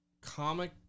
comic